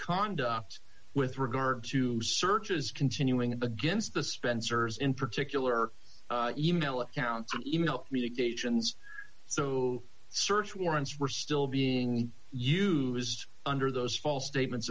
conduct with regard to search is continuing against the spencers in particular e mail accounts and email communications so search warrants were still being used under those false statements